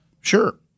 Sure